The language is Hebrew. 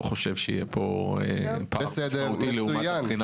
חושב שיהיה פה פער משמעותי לעומת הבחינה